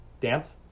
dance